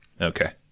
Okay